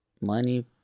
Money